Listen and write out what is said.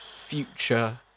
future